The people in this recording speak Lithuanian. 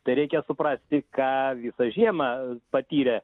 tai reikia suprasti ką visą žiemą patyrė